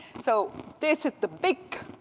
so this is the big,